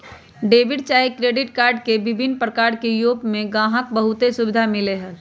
debit चाहे credit card के विभिन्न प्रकार के उपयोग से गाहक के बहुते सुभिधा मिललै ह